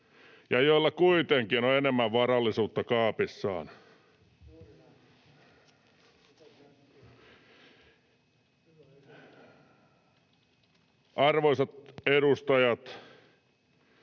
ja joilla kuitenkin on enemmän varallisuutta kaapissaan, [Mika Niikko: